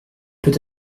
peut